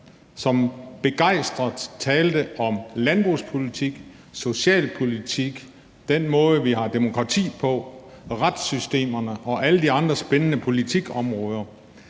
som begejstret talte om landbrugspolitik, socialpolitik, den måde, vi har demokrati på, retssystemerne og alle de andre spændende politikområder,